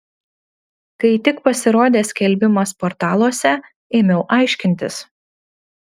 kai tik pasirodė skelbimas portaluose ėmiau aiškintis